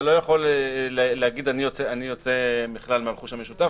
אתה לא יכול להגיד: אני יוצא מהכלל מהרכוש המשותף.